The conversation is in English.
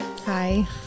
Hi